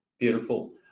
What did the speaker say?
Beautiful